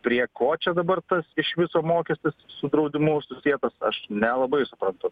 prie ko čia dabar tas iš viso mokestis su draudimu susietas aš nelabai suprantu